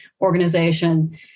organization